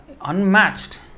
unmatched